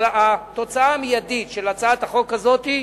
אבל התוצאה המיידית של הצעת החוק הזאת היא